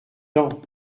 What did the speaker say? tant